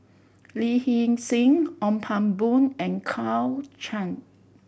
Lee Hee Seng Ong Pang Boon and Claire Chiang